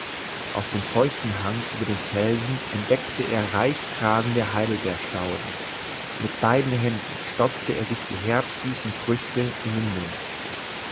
auf dem feuchten hang über dem fels entdeckte er reichtragende heidelbeerstauden mit beiden händen stopfte er sich die herbsüßen früchte in den mund